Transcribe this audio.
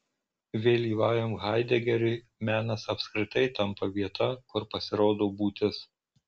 vėlyvajam haidegeriui menas apskritai tampa vieta kur pasirodo būtis